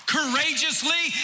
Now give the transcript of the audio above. courageously